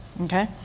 Okay